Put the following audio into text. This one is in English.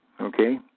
okay